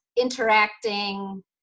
interacting